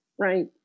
right